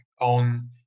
on